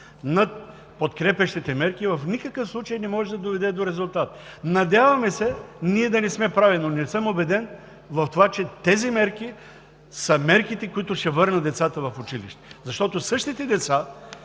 над подкрепящите мерки, в никакъв случай не може да доведе до резултат. Надяваме се ние да не сме прави, но не съм убеден в това, че тези мерки са мерките, които ще върнат децата в училище. Защото същите деца,